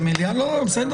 בסדר.